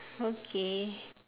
okay